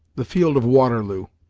the field of waterloo,